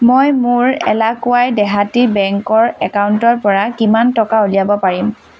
মই মোৰ এলাকুৱাই দেহাতী বেংকৰ একাউণ্টৰ পৰা কিমান টকা উলিয়াব পাৰিম